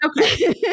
okay